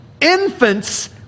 infants